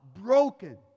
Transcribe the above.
broken